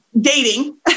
dating